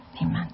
amen